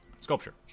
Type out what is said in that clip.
sculpture